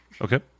Okay